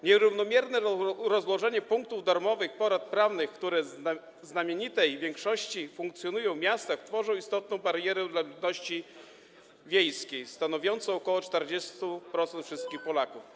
Nierównomierne rozłożenie punktów darmowych porad prawnych, które w znamienitej większości funkcjonują w miastach, tworzy istotną barierę dla ludności wiejskiej stanowiącej ok. 40% wszystkich Polaków.